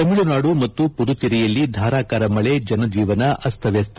ತಮಿಳುನಾಡು ಮತ್ತು ಪುದುಚೆರಿಯಲ್ಲಿ ಧಾರಾಕಾರ ಮಳೆ ಜನಜೀವನ ಅಸ್ತವ್ಲಸ್ತ